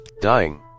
Dying